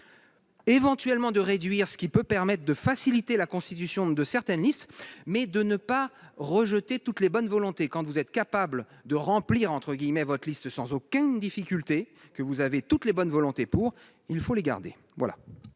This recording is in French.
éventuellement de réduire ce qui peut permettent de faciliter la constitution de certaines listes, mais de ne pas rejeter toutes les bonnes volontés, quand vous êtes capable de remplir, entre guillemets, votre liste sans aucune difficulté, que vous avez toutes les bonnes volontés pour il faut les garder